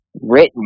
written